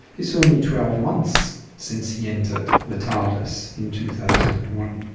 it's only twelve months since he entered the tardis in two thousand and one,